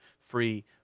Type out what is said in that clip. free